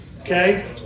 okay